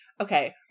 okay